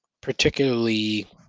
particularly